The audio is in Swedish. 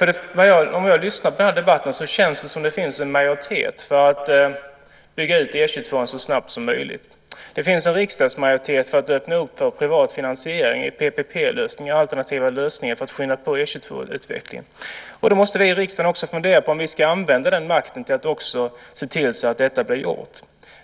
När jag lyssnar på den här debatten känns det som att det finns en majoritet för att bygga ut E 22:an så snabbt som möjligt. Det finns en riksdagsmajoritet för att öppna för privat finansiering i PPP-lösningar och alternativa lösningar för att skynda på E 22-utvecklingen. Då måste vi i riksdagen fundera på om vi ska använda den makten till att se till att detta blir gjort.